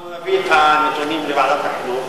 אנחנו נביא את הנתונים לוועדת החינוך.